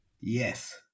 Yes